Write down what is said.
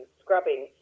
scrubbing